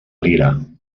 lira